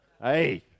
Hey